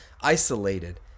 isolated